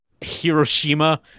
Hiroshima